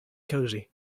cosy